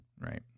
Right